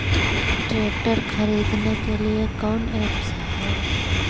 Tractor खरीदने के लिए कौन ऐप्स हाय?